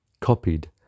copied